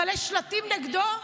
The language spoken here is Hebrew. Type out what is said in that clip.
מלא שלטים נגדו.